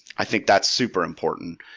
i think that's supper important.